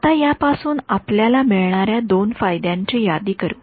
आता या पासून आपल्याला मिळणाऱ्या दोन फायद्यांची यादी करू